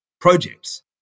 projects